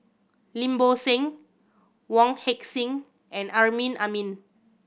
Lim Bo Seng Wong Heck Sing and Amrin Amin